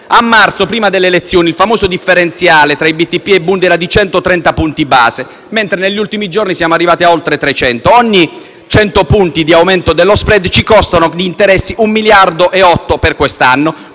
A marzo, prima delle elezioni, il famoso differenziale tra i BTP e *bund* era di 130 punti base, mentre negli ultimi giorni siamo arrivati a oltre 300. Ogni 100 punti di aumento dello *spread* ci costa in interessi 1,8 miliardi per quest'anno,